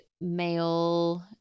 male